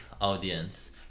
audience